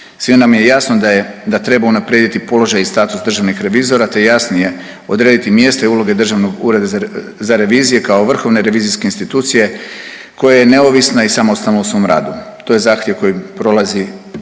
Svima nam je jasno da je, da treba unaprijediti položaj i status državnih revizora te jasnije odrediti mjesta i uloge Državnog ureda za revizije kao vrhovne revizijske institucije koja je neovisna i samostalna u svom radu. To je zahtjev koji prolazi, koji